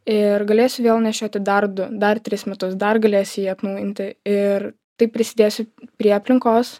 ir galėsiu vėl nešioti dar du dar tris metus dar galėsiu jį atnaujinti ir taip prisidėsiu prie aplinkos